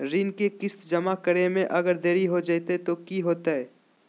ऋण के किस्त जमा करे में अगर देरी हो जैतै तो कि होतैय?